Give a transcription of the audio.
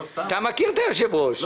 אתה מכיר את היושב-ראש.